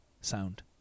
sound